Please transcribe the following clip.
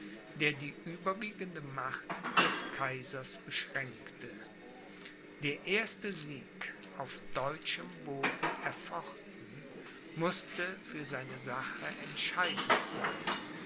der die überwiegende macht des kaisers beschränkte der erste sieg auf deutschem boden erfochten mußte für seine sache entscheidend sein